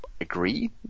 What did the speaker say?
agree